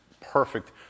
perfect